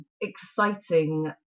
exciting